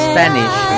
Spanish